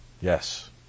Yes